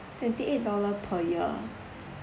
twenty eight dollar per year